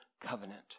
covenant